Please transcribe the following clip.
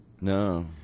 No